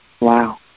Wow